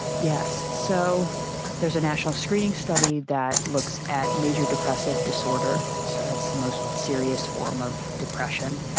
yes. so there's a national screening study that looks at major depressive disorder, so that's the most serious form of depression,